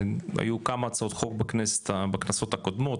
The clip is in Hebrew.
היו כמה הצעות חוק בכנסות הקודמות,